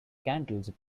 candles